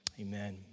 Amen